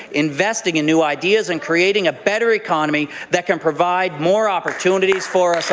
investing in new ideas and creating a better economy that can provide more opportunity for